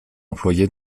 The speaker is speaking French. employé